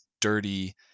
dirty